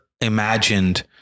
imagined